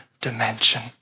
dimension